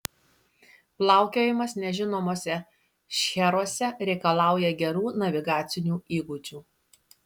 plaukiojimas nežinomuose šcheruose reikalauja gerų navigacinių įgūdžių